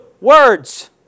words